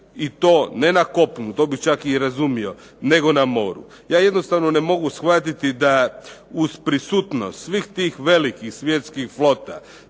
i to ne na kopnu, to bi čak i razumio nego na moru. Ja jednostavno ne mogu shvatiti da uz prisutnost svih tih velikih svjetskih flota